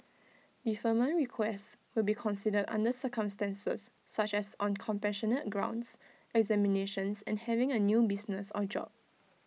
deferment requests will be considered under circumstances such as on compassionate grounds examinations and having A new business or job